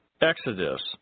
Exodus